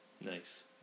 Nice